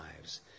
lives